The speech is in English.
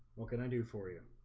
what can i do for you?